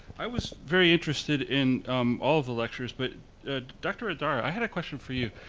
i was very interested in all the lectures but dr. ah dara i had a question for you.